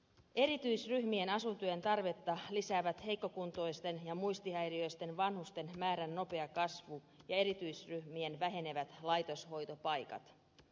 erityisryhmien asuntojen tarvetta lisäävät heikkokuntoisten ja muistihäiriöisten vanhusten määrän nopea kasvu ja erityisryhmien vähenevät laitoshoitopaikat